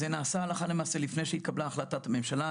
זה נעשה הלכה למעשה לפני שהתקבלה החלטת הממשלה,